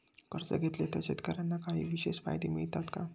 कर्ज घेतले तर शेतकऱ्यांना काही विशेष फायदे मिळतात का?